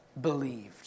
believed